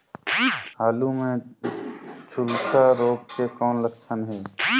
आलू मे झुलसा रोग के कौन लक्षण हे?